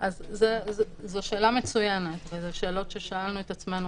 אבל אני מוכרחה להוסיף לזה שעניין הסף מאוד